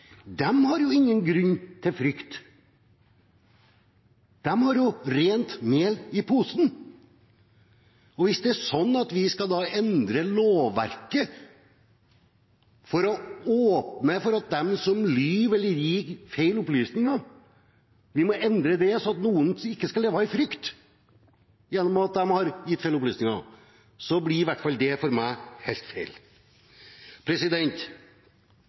ingen grunn til frykt. De har rent mel i posen. Hvis vi skal endre lovverket for å åpne for at de som lyver eller gir feil opplysninger, ikke skal leve i frykt fordi de har gitt feil opplysninger, blir det, i hvert fall for meg, helt feil.